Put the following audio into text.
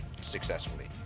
successfully